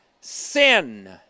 sin